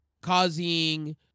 causing